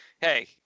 hey